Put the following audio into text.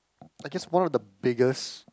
I guess one of the biggest